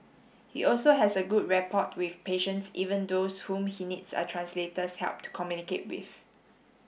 he also has a good rapport with patients even those whom he needs a translator's help to communicate with